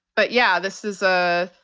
but yeah, this is, ah